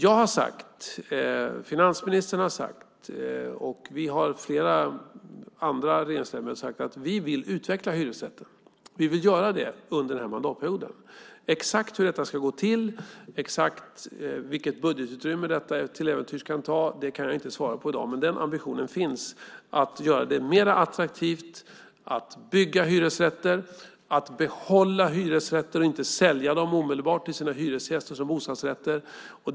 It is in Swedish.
Jag har sagt, finansministern har sagt och flera andra regeringsledamöter har sagt att vi vill utveckla hyresrätten under den här mandatperioden. Exakt hur detta ska gå till och exakt vilket budgetutrymme detta till äventyrs kan ta kan jag inte svara på i dag. Men ambitionen finns att göra det mer attraktivt att bygga hyresrätter, att behålla hyresrätter och att inte sälja dem omedelbart till sina hyresgäster som bostadsrätter.